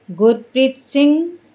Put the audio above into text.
Gurpreet Singh